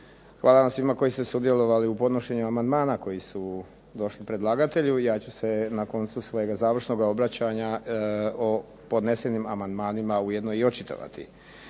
Hvala vam svima koji ste sudjelovali u podnošenju amandmana koji su došli predlagatelju. Ja ću se na koncu svojega završnoga obraćanja o podnesenim amandmani ujedno i očitovati.